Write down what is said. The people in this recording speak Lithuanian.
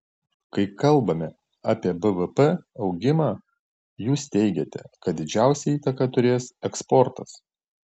kai kalbame apie bvp augimą jūs teigiate kad didžiausią įtaką turės eksportas